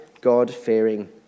God-fearing